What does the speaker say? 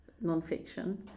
non-fiction